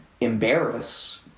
embarrass